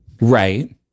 Right